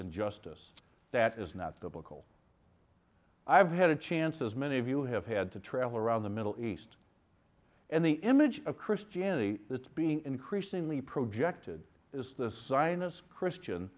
in justice that is not biblical i've had a chance as many of you have had to travel around the middle east and the image of christianity that's being increasingly projected is the sinus christian